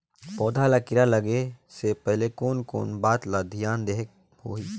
पौध ला कीरा लगे से पहले कोन कोन बात ला धियान देहेक होही?